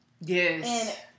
Yes